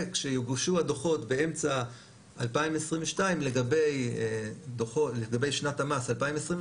וכשיוגשו הדוחות באמצע 2022 לגבי שנת המס 2021,